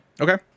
Okay